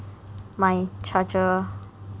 my charger